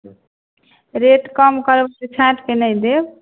rate कम करब से छाँटिके नहि देब